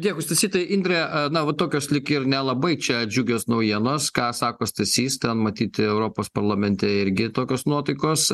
dėkui stasy tai indre na va tokios lyg ir nelabai čia džiugios naujienos ką sako stasys matyti europos parlamente irgi tokios nuotaikos